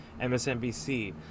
MSNBC